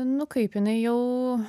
nu kaip jinai jau